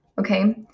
okay